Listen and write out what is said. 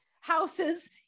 houses